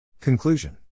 Conclusion